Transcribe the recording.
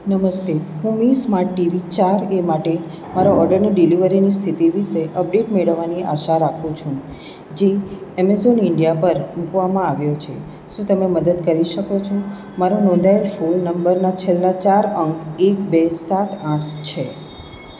નમસ્તે હું Mi smart TV ચાર એ માટે મારા ઓર્ડરની ડિલિવરીની સ્થિતિ વિશે અપડેટ મેળવવાની આશા રાખું છું જે એમેઝોન ઇન્ડિયા પર મૂકવામાં આવ્યો છે શું તમે મદદ કરી શકો છો મારો નોંધાયેલ ફોન નંબરના છેલ્લાં ચાર અંક એક બે સાત આઠ છે